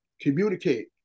communicate